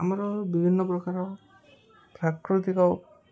ଆମର ବିଭିନ୍ନ ପ୍ରକାର ପ୍ରାକୃତିକ